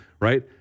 right